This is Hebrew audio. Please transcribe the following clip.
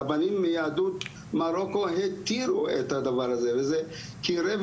הרבנים מיהדות מרוקו התירו את הדבר הזה וזה קירב